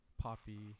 poppy